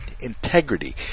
integrity